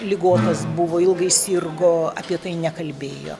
ligotas buvo ilgai sirgo apie tai nekalbėjo